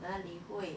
那 boy